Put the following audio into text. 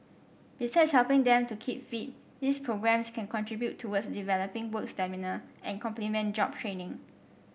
besides helping them to keep fit these programmes can contribute towards developing work stamina and complement job training